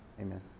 Amen